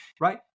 right